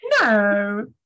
No